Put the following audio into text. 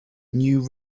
new